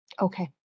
okay